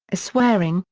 a swearing,